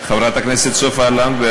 חברת הכנסת סופה לנדבר,